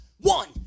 One